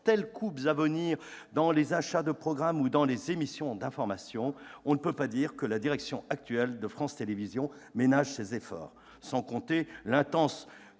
telles coupes à venir dans les achats de programmes ou dans les émissions d'information, on ne peut pas dire que la direction actuelle de France Télévisions ménage ses efforts. Sans compter l'intense